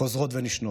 חוזרות ונשנות.